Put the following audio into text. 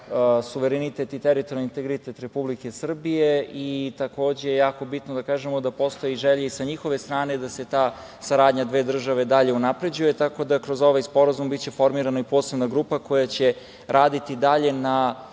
suverenitet i teritorijalni integritet Republike Srbije. Jako je bitno da kažemo da postoji želja i sa njihove strane da se ta saradnja dve države dalje unapređuje, tako da će kroz ovaj Sporazum biće formirana i posebna grupa koja će raditi dalje na